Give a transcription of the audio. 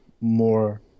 more